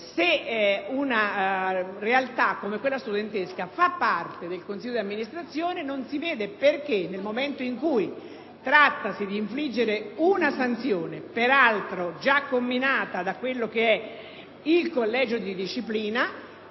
se una realtà come quella studentesca fa parte del consiglio d'amministrazione non si vede perché, nel momento in cui trattasi di infliggere una sanzione, peraltro già comminata da quello che è il collegio di disciplina,